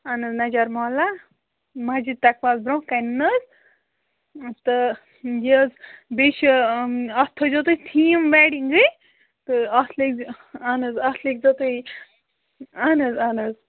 اہن حظ نجرمولا مسجِد تَقوا برونٛہہ کَنہِ نہٕ حظ تہٕ یہِ حظ بیٚیہِ چھِ اَتھ تھٲۍ زیو تُہۍ تھیٖم ویڈِنٛگٕے تہٕ اَتھ لٔگۍ ز اہن حظ اَتھ لٔگۍ زیو تُہۍ اہن حظ اہَن حظ